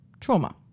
trauma